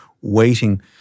waiting